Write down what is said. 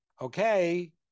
okay